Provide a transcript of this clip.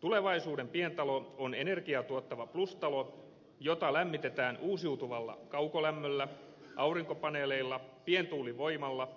tulevaisuuden pientalo on energiaa tuottava plustalo jota lämmitetään uusiutuvalla kaukolämmöllä aurinkopaneeleilla pientuulivoimalla